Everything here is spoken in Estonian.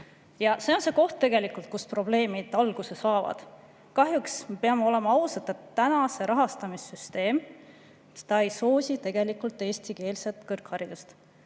see on see koht, kust probleemid alguse saavad. Peame olema ausad, kahjuks täna see rahastamissüsteem ei soosi eestikeelset kõrgharidust.